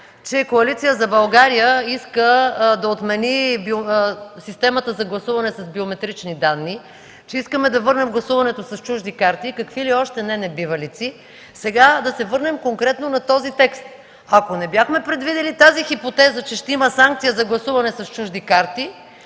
че Коалиция за България иска да отмени системата за гласуване с биометрични данни, че искаме да върнем гласуването с чужди карти и какви ли още не небивалици – сега да се върнем конкретно на този текст. Ако не бяхме предвидили хипотезата, че ще има санкция за гласуването с чужди карти,